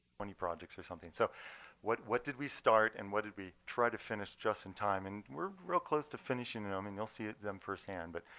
twenty projects or something. so what what did we start and what did we try to finish just in time? and we're real close to finishing them. and um and you'll see them firsthand. but